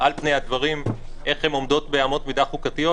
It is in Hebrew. על פני הדברים איך הן עומדות באמות מידה חוקתיות.